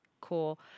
Cool